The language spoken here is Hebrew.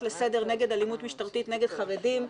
לסדר נגד אלימות משטרתית נגד חרדים,